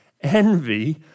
envy